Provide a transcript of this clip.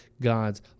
God's